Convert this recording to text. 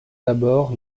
d’abord